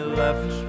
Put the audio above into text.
left